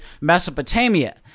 Mesopotamia